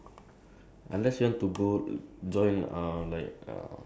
probably ah actually not really not the oldest ah like second oldest or something ah